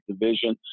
Division